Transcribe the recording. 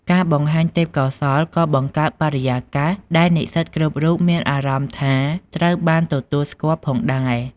ការបង្ហាញទេពកោសល្យក៏បង្កើតបរិយាកាសដែលនិស្សិតគ្រប់រូបមានអារម្មណ៍ថាត្រូវបានទទួលស្គាល់ផងដែរ។